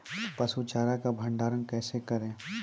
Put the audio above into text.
पसु चारा का भंडारण कैसे करें?